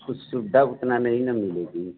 कुछ सुविधा उतना नहीं ना मिलेगी